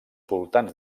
voltants